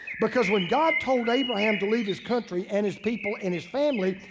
because when god told abraham to leave his country and his people and his family,